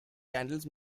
candles